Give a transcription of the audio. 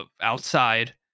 outside